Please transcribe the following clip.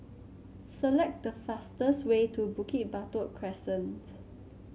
select the fastest way to Bukit Batok Crescent